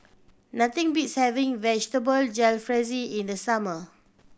nothing beats having Vegetable Jalfrezi in the summer